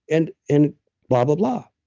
and and blah, blah blah.